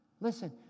Listen